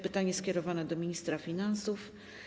Pytanie jest skierowane do ministra finansów.